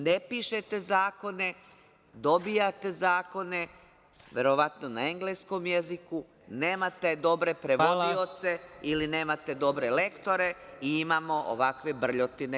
Ne pišete zakone, dobijate zakone verovatno na engleskom jeziku, nemate dobre prevodioce ili nemate dobre lektore i imamo ovakve brljotine.